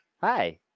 Hi